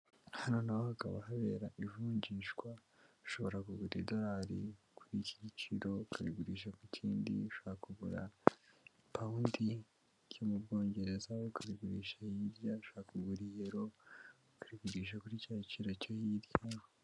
Hano naho hakaba habera ivunjishwa ushobora kugura idolari kuri iki giciro ukabigurisha ku kindi ushakagura ipawundi ryo mu Bwongereza ukagulisha I yelo akagugisha cyagiciro cyaryo.